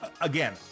again